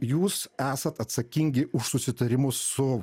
jūs esat atsakingi už susitarimus su